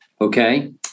okay